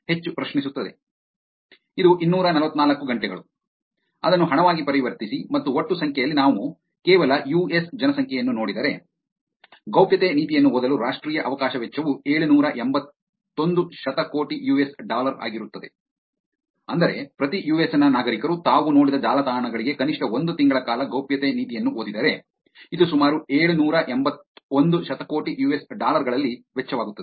ಇದು ಇನ್ನೂರ ನಲವತ್ತನಾಲ್ಕು ಗಂಟೆಗಳು ಅದನ್ನು ಹಣವಾಗಿ ಪರಿವರ್ತಿಸಿ ಮತ್ತು ಒಟ್ಟು ಸಂಖ್ಯೆಯಲ್ಲಿ ನಾವು ಕೇವಲ ಯುಎಸ್ ಜನಸಂಖ್ಯೆಯನ್ನು ನೋಡಿದರೆ ಗೌಪ್ಯತೆ ನೀತಿಯನ್ನು ಓದಲು ರಾಷ್ಟ್ರೀಯ ಅವಕಾಶ ವೆಚ್ಚವು ಏಳುನೂರಾ ಎಂಬತ್ತೊಂದು ಶತಕೋಟಿ ಯುಎಸ್ ಡಾಲರ್ ಆಗಿರುತ್ತದೆ ಅಂದರೆ ಪ್ರತಿ ಯುಎಸ್ ನ ನಾಗರಿಕರು ತಾವು ನೋಡಿದ ಜಾಲತಾಣಗಳಿಗೆ ಕನಿಷ್ಠ ಒಂದು ತಿಂಗಳ ಕಾಲ ಗೌಪ್ಯತೆ ನೀತಿಯನ್ನು ಓದಿದರೆ ಇದು ಸುಮಾರು ಏಳುನೂರಾ ಎಂಬತ್ತೊಂದು ಶತಕೋಟಿ ಯುಎಸ್ ಡಾಲರ್ ಗಳಲ್ಲಿ ವೆಚ್ಚವಾಗುತ್ತದೆ